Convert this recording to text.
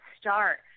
start